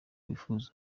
bifuza